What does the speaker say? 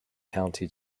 county